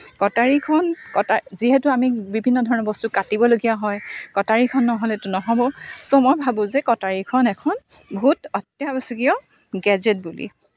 কটাৰীখন কটা যিহেতু আমি বিভিন্ন ধৰণৰ বস্তু কাটিবলগীয়া হয় কটাৰীখন নহ'লেটো নহ'ব চ' মই ভাবোঁ যে কটাৰীখন এখন বহুত অত্যাৱশ্যকীয় গেজেট বুলি